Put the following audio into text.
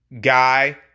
guy